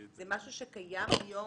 זה משהו שקיים היום?